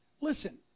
Listen